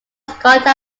scotia